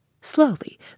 Slowly